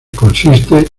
consiste